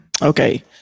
Okay